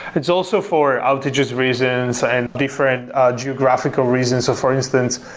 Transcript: it is also for altitudes reasons and different geographical reasons. so for instance,